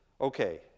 Okay